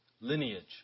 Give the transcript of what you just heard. lineage